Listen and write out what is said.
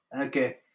Okay